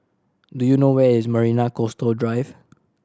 do you know where is Marina Coastal Drive